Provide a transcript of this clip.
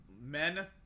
Men